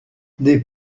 des